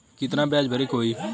कितना ब्याज भरे के होई?